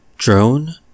Drone